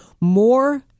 more